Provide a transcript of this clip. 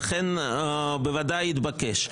לכן בוודאי זה מתבקש.